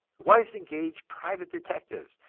wives engage private detectives,